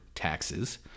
taxes